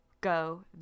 go